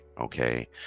okay